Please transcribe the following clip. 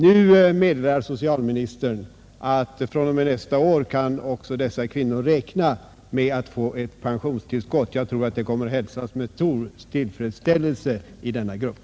Nu meddelar socialministern att också dessa kvinnor från och med nästa år kan räkna med att få ett pensionstillskott. Jag tror att det kommer att hälsas med stor tillfredsställelse inom denna grupp.